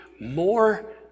more